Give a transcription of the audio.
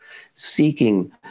seeking